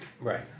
Right